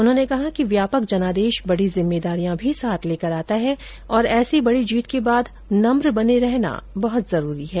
उन्होंने कहा कि व्यापक जनादेश बडी जिम्मेदारियां भी साथ लेकर आता है और ऐसी बड़ी जीत के बाद नम्र बने रहना बहुत जरूरी है